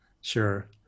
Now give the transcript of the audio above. Sure